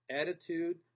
attitude